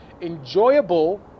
enjoyable